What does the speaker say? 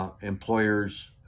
employers